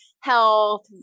health